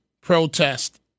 protest